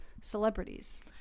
Celebrities